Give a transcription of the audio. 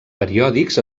periòdics